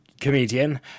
comedian